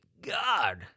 God